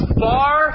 far